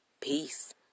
Peace